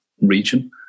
region